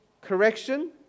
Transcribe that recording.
Correction